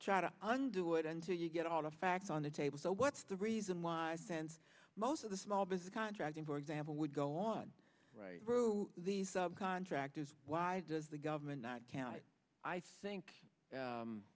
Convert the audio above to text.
on do it until you get all the facts on the table so what's the reason why sense most of the small business contracting for example would go on right through these contractors why does the government not count i think